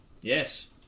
Yes